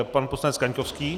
Pan poslanec Kaňkovský.